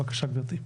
בבקשה גבירתי.